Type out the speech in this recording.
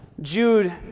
Jude